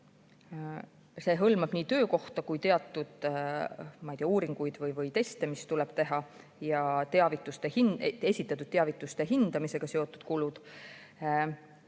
See hõlmab nii töökohta kui teatud, ma ei tea, uuringuid või teste, mis tuleb teha, ja esitatud teavituste hindamisega seotud kulusid.